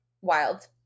Wild